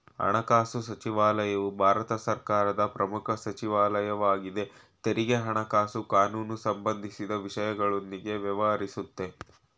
ಹಣಕಾಸುಸಚಿವಾಲಯವು ಭಾರತ ಸರ್ಕಾರದ ಪ್ರಮುಖ ಸಚಿವಾಲಯ ವಾಗಿದೆ ತೆರಿಗೆ ಹಣಕಾಸು ಕಾನೂನುಸಂಬಂಧಿಸಿದ ವಿಷಯಗಳೊಂದಿಗೆ ವ್ಯವಹರಿಸುತ್ತೆ